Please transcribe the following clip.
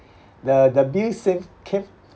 the the bills sent came